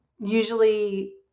usually